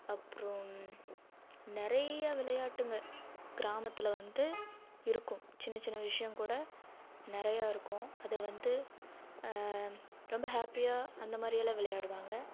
அப்புறம் நிறைய விளையாட்டுங்க கிராமத்தில் வந்து இருக்கும் சின்ன சின்ன விஷயம் கூட நிறையா இருக்கும் அது வந்து ரொம்ப ஹாப்பியாக அந்த மாதிரியெல்லாம் விளையாடுவாங்க